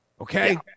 Okay